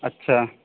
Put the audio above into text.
اَچّھا